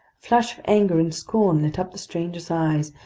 flash of anger and scorn lit up the stranger's eyes,